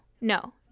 no